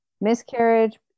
miscarriage